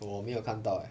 我没有看到 leh